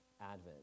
advent